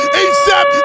asap